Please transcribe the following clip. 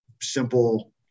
simple